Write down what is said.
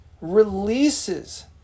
releases